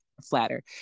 flatter